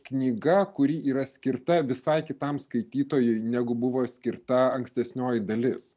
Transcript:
knyga kuri yra skirta visai kitam skaitytojui negu buvo skirta ankstesnioji dalis